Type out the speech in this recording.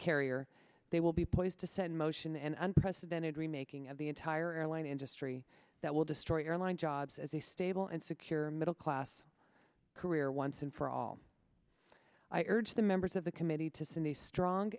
carrier they will be poised to send motion an unprecedented remaking of the entire airline industry that will destroy airline jobs as a stable and secure middle class career once and for all i urge the members of the committee to send a strong